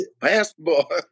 Basketball